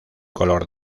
color